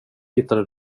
hittade